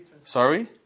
sorry